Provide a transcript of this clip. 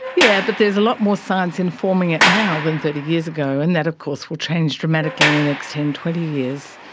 yeah but there's a lot more science informing it now than thirty years ago, and that of course will change dramatically in the next ten or twenty years.